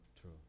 true